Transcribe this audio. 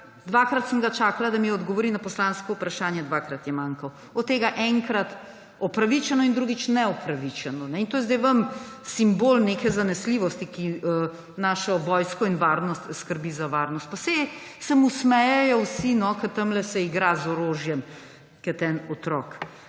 dvakrat sem ga čakala, da mi odgovori na poslansko vprašanje, dvakrat je manjkal, od tega enkrat opravičeno in drugič neopravičeno. In to je zdaj vam simbol neke zanesljivosti, ki skrbi za našo vojsko in varnost. Pa saj se mu smejejo vsi, tamle se igra z orožjem kot en otrok.